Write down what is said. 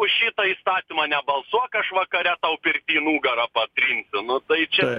už šitą įstatymą nebalsuok aš vakare tau pirty nugarą patrinsiu nu tai čia